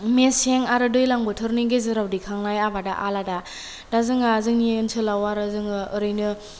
मेसें आरो दैलां बोथोरनि गेजेराव दैखांनाय आबादा आलादा दा जोंहा जोंनि ओनसोलाव आरो जोङो ओरैनो